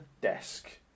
desk